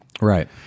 Right